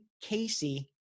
Casey